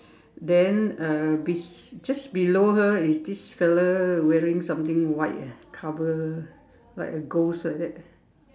then uh bes~ just below her is this fella wearing something white ah cover like a ghost like that